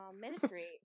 Ministry